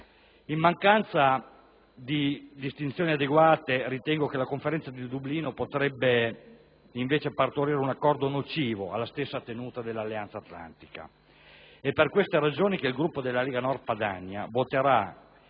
In mancanza di distinzioni adeguate, ritengo che la Conferenza di Dublino potrebbe invece partorire un accordo nocivo alla stessa tenuta dell'Alleanza Atlantica. È per queste ragioni che il Gruppo della Lega Nord Padania voterà